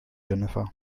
jennifer